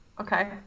Okay